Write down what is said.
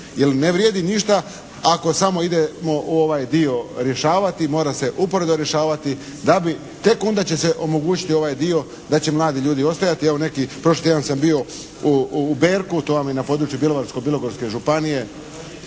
jer ne vrijedi ništa ako samo idemo ovaj dio rješavati. Mora se uporedo rješavati, tek onda će se omogućiti ovaj dio da će mladi ljudi ostajati. Evo, prošli tjedan sam bio Berku, to vam je na području Bjelovarsko-bilogorske županije,